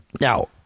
Now